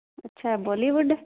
ਅੱਛਾ ਬੋਲੀਵੁੱਡ